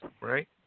right